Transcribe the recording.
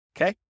Okay